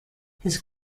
his